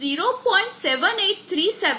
તેથી 0